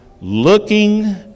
looking